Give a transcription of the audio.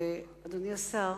ואדוני השר,